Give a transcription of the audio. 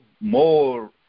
more